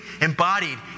embodied